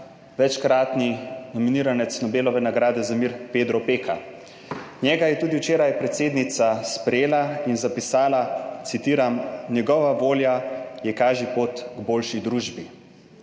večkratni nominiranec Nobelove nagrade za mir Pedro Opeka. Njega je tudi včeraj predsednica sprejela in zapisala, citiram: "Njegova volja je kažipot k boljši družbi."